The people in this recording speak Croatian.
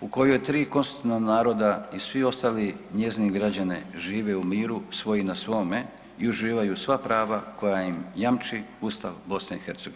u kojoj 3 konstitutivna naroda i svi ostali njezini građani žive u miru svoji na svome i uživaju sva prava koja im jamči Ustav BiH.